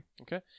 Okay